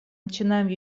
начинаем